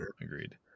agreed